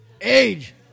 age